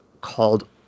called